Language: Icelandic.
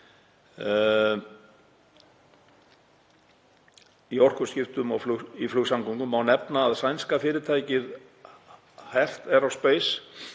í orkuskiptum í flugsamgöngum má nefna að sænska fyrirtækið Heart Aerospace